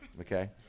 okay